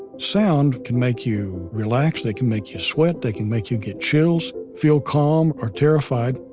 sound can make you relax, they can make you sweat, they can make you get chills. feel calm or terrified.